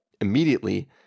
immediately